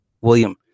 William